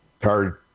card